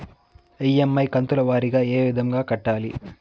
EMI కంతుల వారీగా ఏ విధంగా కట్టాలి